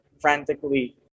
frantically